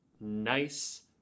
nice